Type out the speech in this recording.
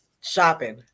shopping